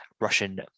Russian